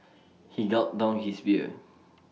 he gulped down his beer